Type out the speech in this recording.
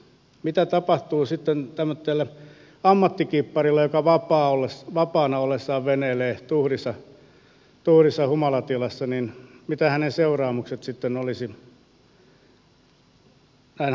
mitä tapahtuu sitten tämmöiselle ammattikipparille joka vapaana ollessaan veneilee tuhdissa humalatilassa mitä hänen seuraamuksensa sitten olisivat näin hallinnolliselta kannalta